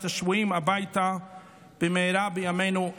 את השבויים הביתה במהרה בימינו,